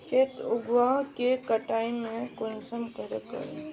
खेत उगोहो के कटाई में कुंसम करे करूम?